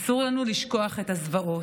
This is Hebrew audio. אסור לנו לשכוח את הזוועות.